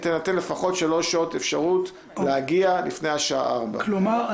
תינתן לפחות שלוש שעות אפשרות להגיע לפני השעה 16:0. כלומר,